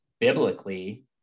biblically